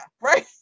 right